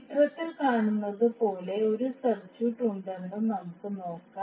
ചിത്രത്തിൽ കാണുന്നതുപോലെ ഒരു സർക്യൂട്ട് ഉണ്ടെന്ന് നമുക്ക് നോക്കാം